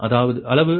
அளவு V3 1